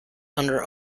under